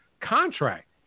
contract